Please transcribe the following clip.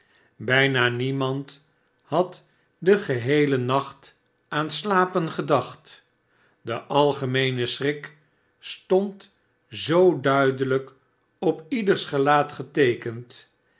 bijna niemand had den geheelen nacht aan slapen gedacht de algemeene schrik stond zoo duidelijk op ieders gelaat geteekend